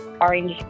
orange